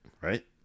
Right